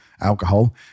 alcohol